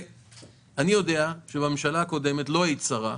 אני יודע שבממשלה הקודמת כשלא היית שרה,